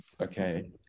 okay